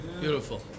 beautiful